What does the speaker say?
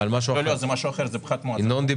לא, זה משהו אחר, זה פחת מואץ.